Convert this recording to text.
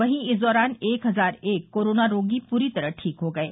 वहीं इस दौरान एक हजार एक कोरोना रोगी पूरी तरह ठीक हो गये